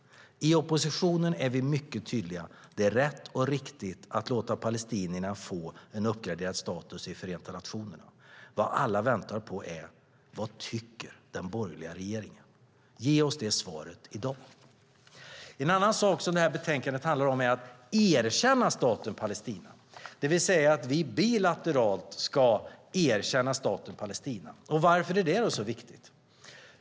I oppositionen är vi mycket tydliga: Det är rätt och riktigt att låta Palestina få en uppgraderad status i Förenta nationerna. Vad alla väntar på är vad den borgerliga regeringen tycker. Ge oss det svaret i dag! En annan sak som betänkandet handlar om är att erkänna staten Palestina, det vill säga att vi bilateralt ska erkänna staten Palestina. Varför är detta då så viktigt?